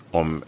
om